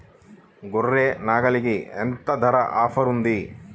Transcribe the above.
గొర్రె, నాగలికి ఎంత ధర ఆఫర్ ఉంది?